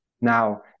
Now